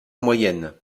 moyenne